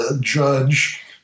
judge